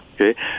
okay